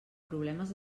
problemes